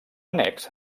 annex